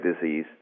disease